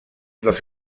dels